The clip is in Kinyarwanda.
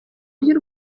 ry’u